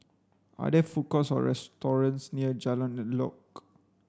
are there food courts or restaurants near Jalan Elok